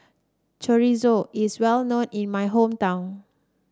Chorizo is well known in my hometown